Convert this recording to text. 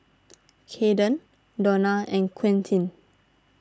Cayden Dona and Quintin